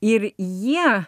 ir jie